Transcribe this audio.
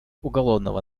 уголовного